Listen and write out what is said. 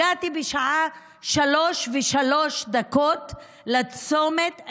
הגעתי בשעה 15:03 דקות לצומת,